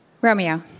Romeo